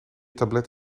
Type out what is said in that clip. tablet